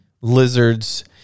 lizards